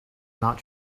not